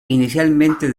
inicialmente